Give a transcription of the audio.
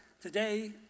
today